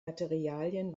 materialien